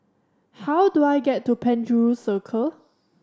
how do I get to Penjuru Circle